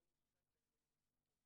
מונית אחת לאזור המזרחי.